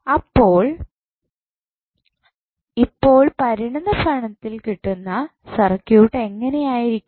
അപ്പോൾ ഇപ്പോൾ പരിണതഫലത്തിൽ കിട്ടുന്ന സർക്യൂട്ട് ഇങ്ങനെ ആയിരിക്കും